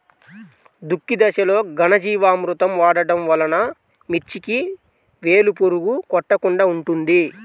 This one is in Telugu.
దుక్కి దశలో ఘనజీవామృతం వాడటం వలన మిర్చికి వేలు పురుగు కొట్టకుండా ఉంటుంది?